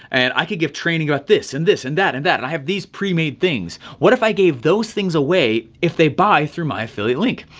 and i could give training about this, and this, and that, and that, and i have these pre-made things. what if i gave those things away if they buy through my affiliate link?